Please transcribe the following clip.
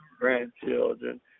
grandchildren